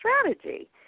strategy